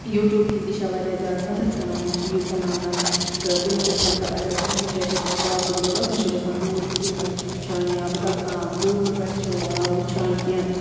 YouTube کِنۍ تہِ چھےٚ واریاہ زیادٕ مدد میلان یِم چیٖز بناونَس تہٕ تَمہِ سۭتۍ چھَنہٕ پَتہٕ اگر کُنہِ تہِ جایہِ چھےٚ کانٛہہ پرٛابلِم روزان سۄ چھِ گژھان دوٗر یوٗٹیوٗب پٮ۪ٹھ چھِ وٕچھان یا بدل کانٛہہ گوٗگلہٕ پٮ۪ٹھ چھِ وٕچھان کیٚنہہ